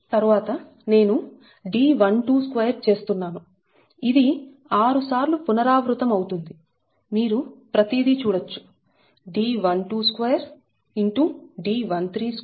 తరువాత నేను D122 చేస్తున్నాను ఇది 6 సార్లు పునరావృతం అవుతుంది మీరు ప్రతిదీ చూడొచ్చు D122